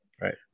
Right